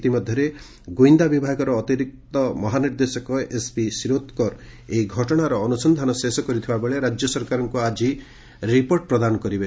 ଇତିମଧ୍ୟରେ ଗୁଇନ୍ଦା ବିଭାଗର ଅତିରିକ୍ତ ମହାନିର୍ଦ୍ଦେଶକ ଏସ୍ଭି ସିରୋଦ୍କର ଏହି ଘଟଣାର ଅନୁସନ୍ଧାନ ଶେଷ କରିଥିବାବେଳେ ରାଜ୍ୟ ସରକାରଙ୍କୁ ଆଜି ରିପୋର୍ଟ ପ୍ରଦାନ କରିବେ